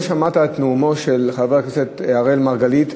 לא שמעת את נאומו של חבר הכנסת אראל מרגלית,